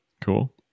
Cool